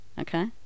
Okay